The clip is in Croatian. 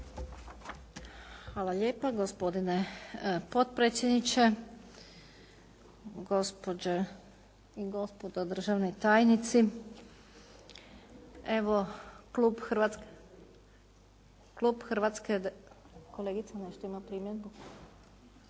Hvala lijepa gospodine potpredsjedniče, gospođe i gospodo državni tajnici. Kolegica nešto ima primjedbu?